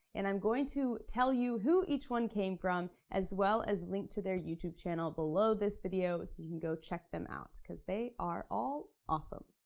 and i'm going to tell you who each one came from, as well as link to their youtube channel below this video, so you can go check them out, cause they are all awesome.